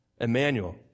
Emmanuel